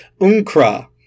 Unkra